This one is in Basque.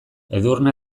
edurne